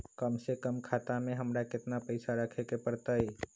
कम से कम खाता में हमरा कितना पैसा रखे के परतई?